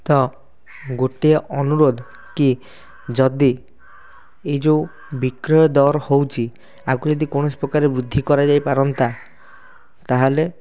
ତ ଗୋଟିଏ ଅନୁରୋଧ କି ଯଦି ଏଇ ଯୋଉ ବିକ୍ରୟ ଦର ହେଉଛି ୟାକୁ ଯଦି କୌଣସି ପ୍ରକାରେ ବୃଦ୍ଧି କରାଯାଇ ପାରନ୍ତା ତା'ହେଲେ